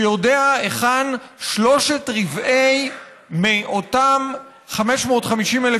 שיודע היכן שלושה רבעים מאותם 550,000